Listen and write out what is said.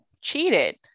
cheated